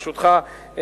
ברשותך,